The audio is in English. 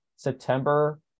september